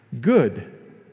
good